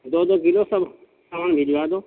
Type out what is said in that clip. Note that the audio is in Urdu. دو دو کلو سب سامان بھیجوا دو